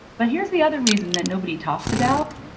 but here's the other reason that nobody talks about.